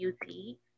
beauty